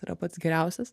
tai yra pats geriausias